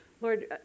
Lord